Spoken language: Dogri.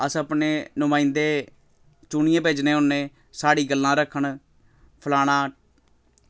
अस अपने नुमायंदे चुनियै भेजने होन्ने साढ़ियां गल्लां रक्खन फलाना